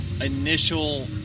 initial